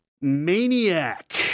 Maniac